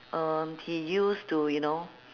um he used to you know